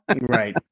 right